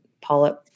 Paula